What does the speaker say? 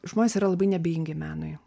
žmonės yra labai neabejingi menui